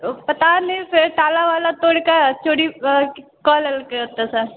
पता नहि ताला वाला तोरि कऽ चोरी कऽ लेलकै ओतऽ सँ